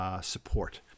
support